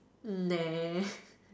nah